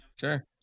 Sure